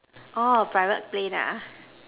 orh private plane ah